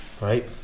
right